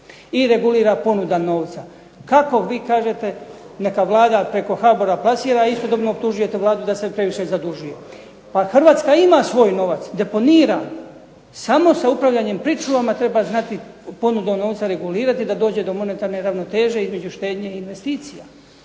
i regulira ponuda novca. Kako vi kažete neka Vlada preko HABOR-a plasira a istodobno optužujete Vladu da se previše zadužuje. Pa Hrvatska ima svoj novac, deponira, samo sa upravljanjem pričuvama treba znati tu ponudu novca regulirati da dođe do monetarne ravnoteže između štednje i investicija